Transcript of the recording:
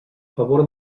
favor